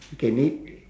you can eat